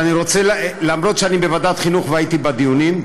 אומנם אני בוועדת החינוך, והייתי בדיונים,